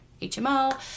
HMO